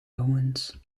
jongens